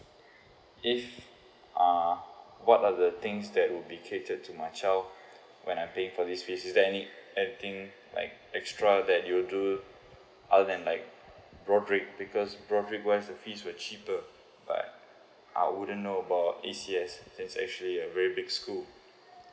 if uh what are the things that will be catered to my ciao when I paying for this fees is there any anything like extra that you do other than like broadrick because broadrick wise the fees were cheaper like I wouldn't know about A_C_S it's actually a very big school